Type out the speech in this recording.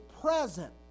present